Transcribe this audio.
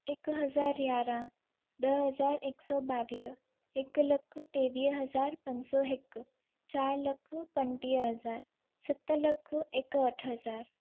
हिक हज़ार यारहं ॾह हज़ार हिक सौ ॿावीह हिक लख टेवीह हज़ार पंज सौ हिकु चारि लख पंटीह हज़ार सत लख एकहठि हज़ार